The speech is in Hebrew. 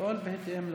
לפעול בהתאם לחוק.